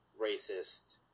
racist